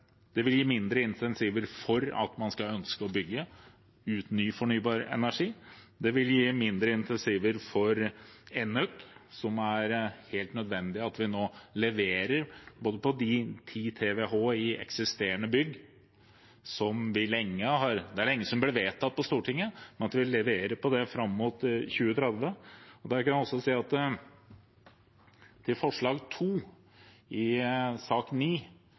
vil gi mindre insentiver for at man skal ønske å bygge ut ny fornybar energi. Det vil gi mindre insentiver for enøk, som er helt nødvendig at vi nå leverer, både de 10 TWh i eksisterende bygg som det er lenge siden ble vedtatt på Stortinget, og at vi leverer på det fram mot 2030.